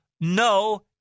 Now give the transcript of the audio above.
no